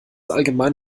allgemein